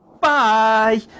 Bye